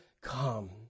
come